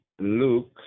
Luke